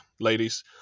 ladies